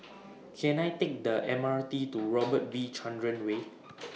Can I Take The M R T to Robert V Chandran Way